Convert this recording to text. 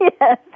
Yes